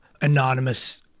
anonymous